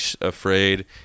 afraid